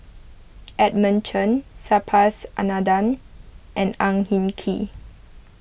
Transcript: Edmund Chen Subhas Anandan and Ang Hin Kee